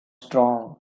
strong